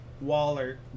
Waller